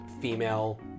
female